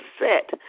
set